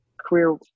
career